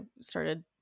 started